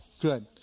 good